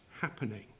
happening